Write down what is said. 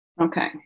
Okay